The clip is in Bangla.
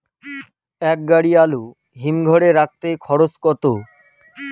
এক গাড়ি আলু হিমঘরে রাখতে খরচ কত?